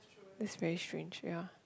this very strange ya